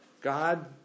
God